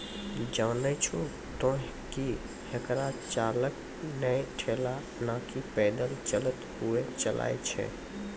जानै छो तोहं कि हेकरा चालक नॅ ठेला नाकी पैदल चलतॅ हुअ चलाय छै